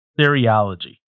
seriology